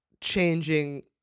changing